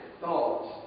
thoughts